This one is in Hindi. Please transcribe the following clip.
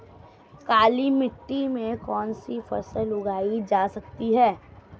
काली मिट्टी में कौनसी फसल उगाई जा सकती है?